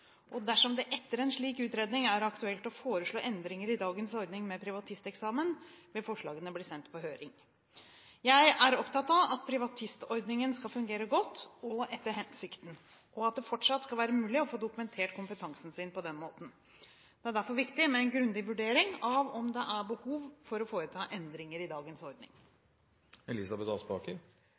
Dersom det etter en slik utredning er aktuelt å foreslå endringer i dagens ordning med privatisteksamen, vil forslagene bli sendt på høring. Jeg er opptatt av at privatistordningen skal fungere godt og etter hensikten, og at det fortsatt skal være mulig å få dokumentert kompetansen sin på denne måten. Det er derfor viktig med en grundig vurdering av om det er behov for å foreta endringer i dagens